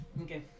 Okay